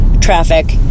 traffic